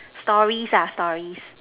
stories ah stories